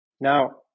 Now